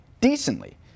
decently